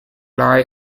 lie